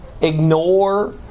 ignore